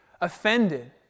offended